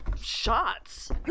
shots